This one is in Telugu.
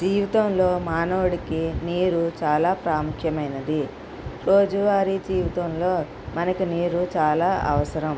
జీవితంలో మానవుడికి నీరు చాలా ప్రాముఖ్యమైనది రోజువారి జీవితంలో మనకి నీరు చాలా అవసరం